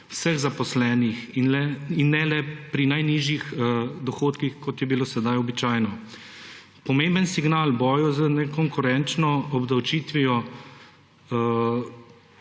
vseh zaposlenih in ne le pri najnižjih dohodkih, kot je bilo sedaj običajno. Pomemben signal v boju z nekonkurenčno obdavčitvijo